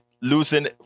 losing